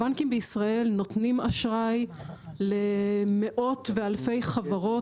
הבנקים בישראל נותנים אשראי למאות ואלפי חברות,